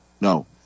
no